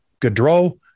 Gaudreau